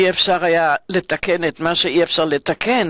לא היה אפשר לתקן את מה שאינו ניתן לתיקון